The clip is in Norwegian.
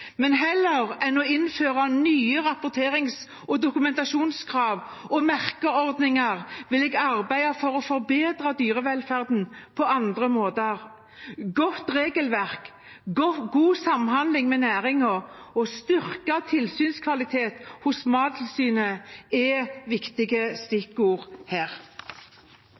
Men heller enn å innføre nye rapporterings- og dokumentasjonskrav og merkeordninger vil jeg arbeide for å forbedre dyrevelferden på andre måter. Et godt regelverk, god samhandling med næringen og styrket tilsynskvalitet hos Mattilsynet er viktige stikkord her.